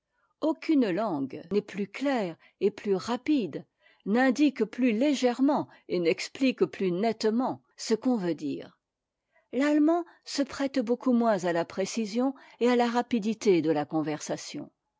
aucune tangue n'est plus claire et plus rapide n'indique plus tégèrement et n'explique plus nettement ce qu'on veut dire l'allemand se prête beaucoup moins à la précision et à la rapidité de la conversation